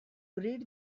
read